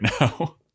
now